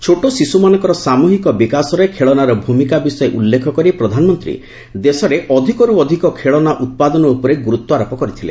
ଛୋଟ ଶିଶୁମାନଙ୍କର ସାମୁହିକ ବିକାଶରେ ଖେଳନାର ଭୂମିକା ବିଷୟ ଉଲ୍ଲ୍ଖ କରି ପ୍ରଧାନମନ୍ତ୍ରୀ ଦେଶରେ ଅଧିକରୁ ଅଧିକ ଖେଳନା ଉତ୍ପାଦନ ଉପରେ ଗୁରୁତ୍ୱାରୋପ କରିଥିଲେ